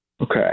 okay